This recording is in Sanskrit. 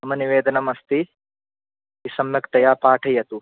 मम निवेदनम् अस्ति कि सम्यकतया पाठयतु